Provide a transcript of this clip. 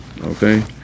okay